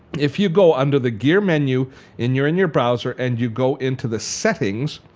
if you go under the gear menu in your in your browser and you go into the settings,